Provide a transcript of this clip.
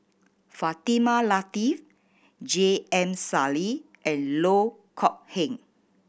Fatimah Lateef J M Sali and Loh Kok Heng